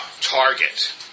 Target